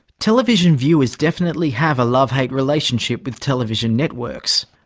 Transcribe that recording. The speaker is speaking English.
television viewers definitely have a love-hate relationship with television networks.